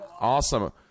Awesome